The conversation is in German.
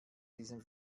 diesem